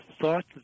thought